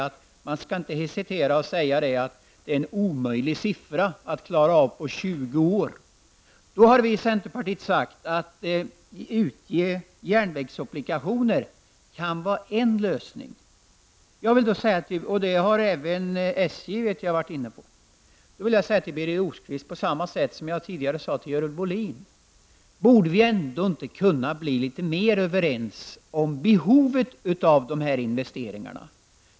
Men jag anser inte att man skall säga att det är omöjligt att få fram det beloppet under en period av 20 år. Vi i centerpartiet har sagt att utgivande av järnvägsobligationer kan vara en lösning. Det är en tanke som även SJ har varit inne på. Vad jag tidigare sade till Görel Bohlin vill jag nu säga också till Birger Rosqvist: Borde vi inte kunna bli överens om behovet av dessa investeringar?